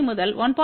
5 முதல் 1